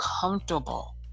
comfortable